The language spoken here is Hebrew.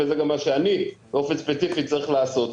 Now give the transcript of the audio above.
וזה גם מה שאני באופן ספציפי צריך לעשות.